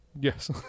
Yes